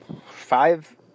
five